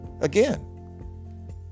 Again